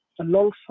alongside